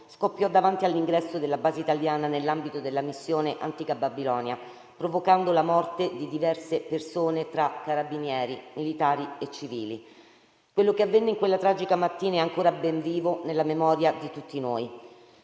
scoppiò davanti all'ingresso della base italiana, nell'ambito della missione Antica Babilonia, provocando la morte di diverse persone, tra carabinieri, militari e civili. Quello che avvenne in quella tragica mattina è ancora ben vivo nella memoria di tutti noi.